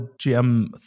GM